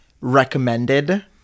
recommended